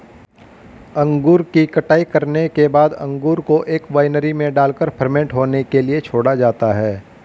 अंगूर की कटाई करने के बाद अंगूर को एक वायनरी में डालकर फर्मेंट होने के लिए छोड़ा जाता है